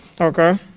Okay